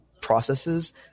processes